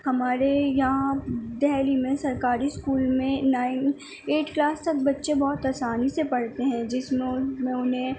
ہمارے یہاں دہلی میں سرکاری اسکول میں نائن ایٹ کلاس تک بچے بہت آسانی سے پڑھتے ہیں جس نون میں اُنہیں